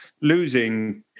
losing